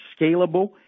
scalable